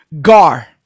Gar